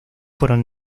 fueron